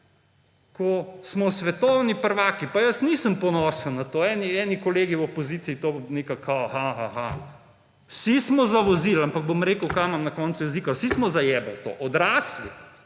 ko smo svetovni prvaki. Pa jaz nisem ponosen na to. Eni kolegi v opoziciji to jemljejo kot ha ha ha. Vsi smo zavozil, bom rekel, kar imam na koncu jezika: Vsi smo zajebali to, odrasli.